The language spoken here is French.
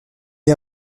est